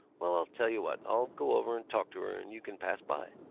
well. i'll tell you what. i'll go over and talk to her and you can pass by.